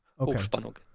Hochspannung